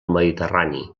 mediterrani